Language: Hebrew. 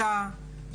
תודה רבה לכם.